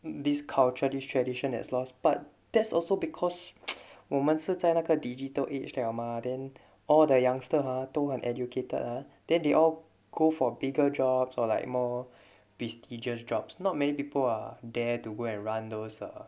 this culture this tradition that's lost but that's also because 我们是在那个 digital age 了吗 then all the youngster ah 都很 educated ah then they all go for bigger jobs or like more prestigious jobs not many people are there to go and run those uh